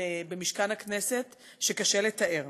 במשכן הכנסת שקשה לתאר.